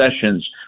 sessions